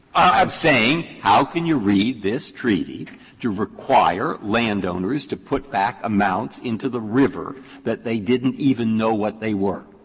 saying, how can you read this treaty to require landowners to put back amounts into the river that they didn't even know what they were?